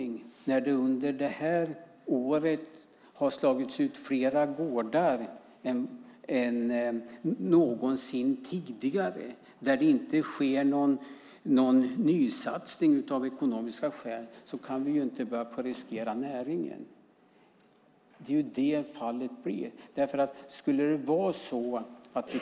När det under det här året har slagits ut flera gårdar än någonsin tidigare och när det av ekonomiska skäl inte sker någon nysatsning kan vi inte börja riskera näringen, vilket skulle bli fallet.